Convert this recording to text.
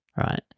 right